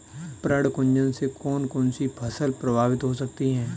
पर्ण कुंचन से कौन कौन सी फसल प्रभावित हो सकती है?